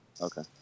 Okay